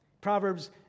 Proverbs